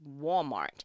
Walmart